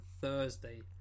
Thursday